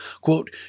Quote